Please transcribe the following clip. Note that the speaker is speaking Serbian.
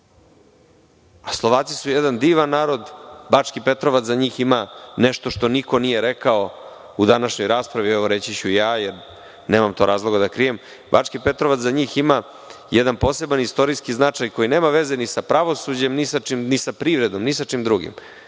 su jedan divan narod. Bački Petrovac za njih ima nešto što niko nije rekao u današnjoj raspravi, evo reći ću ja jer nemam razloga da krijem. Bački Petrovac za njih ima jedan poseban istorijski značaj koji nema veze ni sa pravosuđem, ni sa čim, ni sa privredom, ni sa čim drugim.